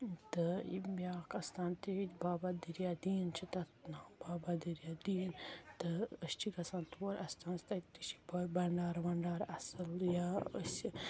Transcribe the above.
تہٕ بیاکھ اَستان تہِ ییٚتہِ بابا دریا دیٖن چھُ تَتھ ناو بابا دریا دیٖن تہٕ أسۍ چھِ گَژھان تور اَستانَس تَتہِ تہِ چھِ بَنٛڈار وَنڈار اَصٕل یا أسۍ